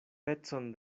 pecon